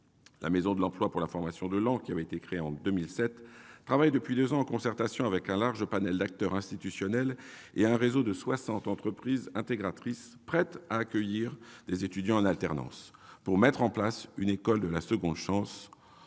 La maison de l'emploi et de la formation de Laon, qui a été créée en 2007, travaille depuis deux ans en concertation avec un large panel d'acteurs institutionnels et un réseau de soixante entreprises intégratrices prêtes à accueillir des étudiants en alternance pour mettre en place une école de la seconde chance. Or toutes